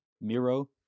Miro